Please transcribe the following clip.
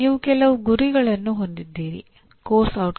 ಅದರ ಬಗ್ಗೆ ಹೆಚ್ಚು ವಿಸ್ತಾರವಾಗಿ ಹೇಳಬೇಕಾಗಿಲ್ಲ